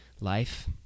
life